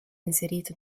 inserito